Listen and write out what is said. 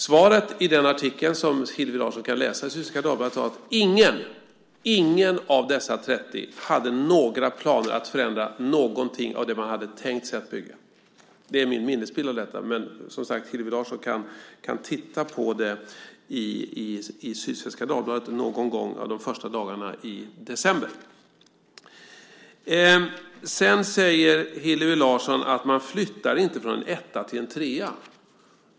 Svaret i artikeln, som Hillevi Larsson kan läsa i Sydsvenska Dagbladet, var att ingen av dessa 30 hade några planer på att förändra någonting av det man hade tänkt sig att bygga. Det är min minnesbild av detta, men Hillevi Larsson kan som sagt kolla det i Sydsvenska Dagbladet från någon av de första dagarna i december. Sedan säger Hillevi Larsson att man inte flyttar från en etta till en trea.